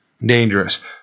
dangerous